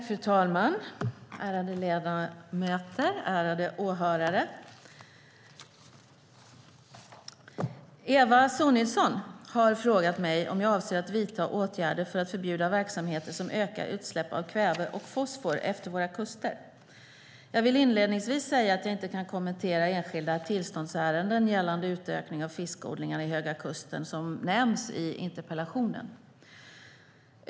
Fru talman, ärade ledamöter och ärade åhörare! Eva Sonidsson har frågat mig om jag avser att vidta åtgärder för att förbjuda verksamheter som ökar utsläpp av kväve och fosfor efter våra kuster. Jag vill inledningsvis säga att jag inte kan kommentera enskilda tillståndsärenden gällande utökning av fiskodlingarna i Höga kusten som nämns i interpellationen.